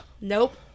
nope